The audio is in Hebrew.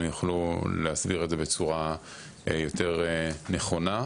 יוכלו להסדיר את זה בצורה יותר נכונה.